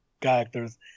characters